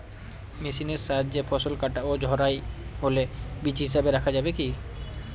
মেশিনের সাহায্যে ফসল কাটা ও ঝাড়াই হলে বীজ হিসাবে রাখা যাবে কি?